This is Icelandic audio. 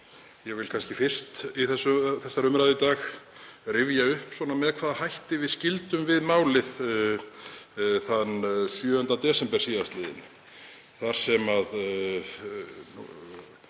Ég vil kannski fyrst í þessari umræðu í dag rifja upp með hvaða hætti við skildum við málið þann 7. desember sl. en þá